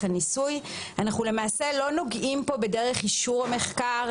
הניסוי."" למעשה אנחנו לא נוגעים פה בדרך אישור המחקר,